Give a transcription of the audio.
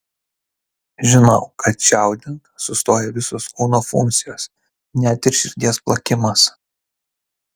žinau kad čiaudint sustoja visos kūno funkcijos net ir širdies plakimas